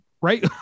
right